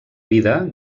vida